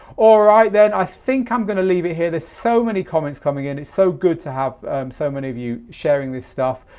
all right then, i think i'm going to leave it here. there's so many comments coming in. it's so good to have so many of you sharing this stuff.